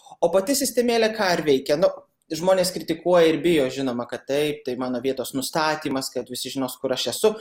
o pati sistemėlė ką ir veikia žmonės kritikuoja ir bijo žinoma kad taip tai mano vietos nustatymas kad visi žinos kur aš esu